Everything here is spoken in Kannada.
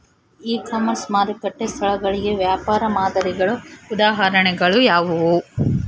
ಇ ಕಾಮರ್ಸ್ ಮಾರುಕಟ್ಟೆ ಸ್ಥಳಗಳಿಗೆ ವ್ಯಾಪಾರ ಮಾದರಿಗಳ ಉದಾಹರಣೆಗಳು ಯಾವುವು?